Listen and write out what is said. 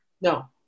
No